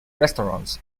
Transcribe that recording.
restaurants